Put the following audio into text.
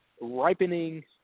Ripening